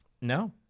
No